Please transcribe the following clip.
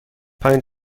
پایین